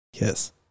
yes